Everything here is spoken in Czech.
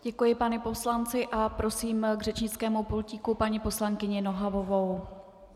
Děkuji panu poslanci a prosím k řečnickému pultíku paní poslankyni Nohavovou.